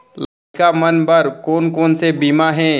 लइका मन बर कोन कोन से बीमा हे?